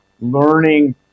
learning